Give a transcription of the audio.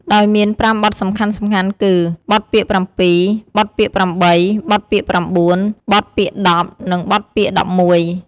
ដោយមាន ៥ បទសំខាន់ៗគឺ បទពាក្យប្រាំពីរ, បទពាក្យប្រាំបី, បទពាក្យប្រាំបួន, បទពាក្យដប់ និង បទពាក្យដប់មួយ។